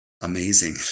amazing